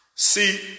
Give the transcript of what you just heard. See